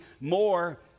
more